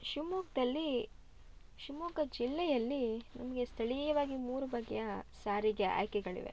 ಶಿವ್ಮೊಗ್ಗದಲ್ಲಿ ಶಿವಮೊಗ್ಗ ಜಿಲ್ಲೆಯಲ್ಲಿ ನಮಗೆ ಸ್ಥಳೀಯವಾಗಿ ಮೂರು ಬಗೆಯ ಸಾರಿಗೆ ಆಯ್ಕೆಗಳಿವೆ